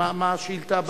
מה השאילתא הבאה?